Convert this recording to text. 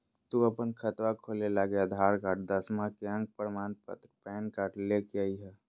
तू अपन खतवा खोलवे लागी आधार कार्ड, दसवां के अक प्रमाण पत्र, पैन कार्ड ले के अइह